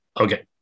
okay